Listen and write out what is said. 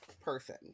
person